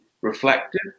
reflective